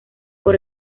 por